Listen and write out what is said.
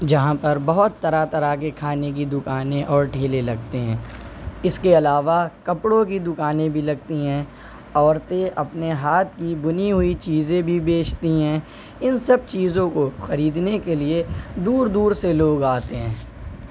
جہاں پر بہت طرح طرح کے کھانے کی دکانیں اور ٹھیلے لگتے ہیں اس کے علاوہ کپڑوں کی دکانیں بھی لگتی ہیں عورتیں اپنے ہاتھ کی بنی ہوئی چیزیں بھی بیچتی ہیں ان سب چیزوں کو خریدنے کے لیے دور دور سے لوگ آتے ہیں